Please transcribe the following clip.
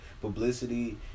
publicity